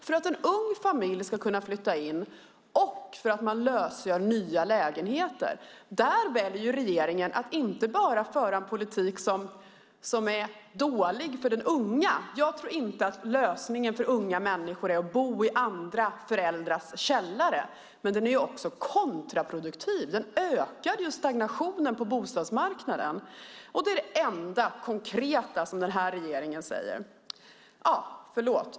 Då skulle en ung familj kunna flytta in och man skulle lösgöra nya lägenheter. Regeringen väljer att föra en politik som inte bara är dålig för de unga - jag tror inte att lösningen för unga människor är att bo i andra föräldrars källare - utan den är också kontraproduktiv. Den ökar stagnationen på bostadsmarknaden. Det är det enda konkreta som den här regeringen säger.